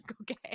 Okay